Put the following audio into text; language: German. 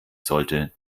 sollte